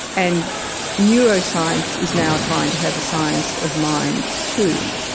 and neuroscience is now trying to have a science of mind too.